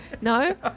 No